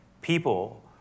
people